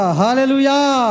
hallelujah